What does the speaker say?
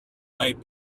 might